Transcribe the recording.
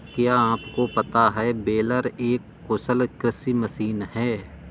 क्या आपको पता है बेलर एक कुशल कृषि मशीन है?